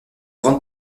grande